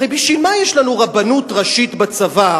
הרי בשביל מה יש לנו רבנות ראשית בצבא,